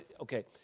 okay